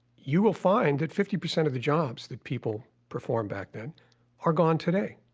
you will find that fifty percent of the jobs that people performed back then are gone today.